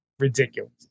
ridiculous